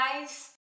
guys